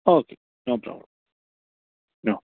ആ okay no problem okay